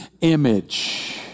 image